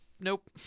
Nope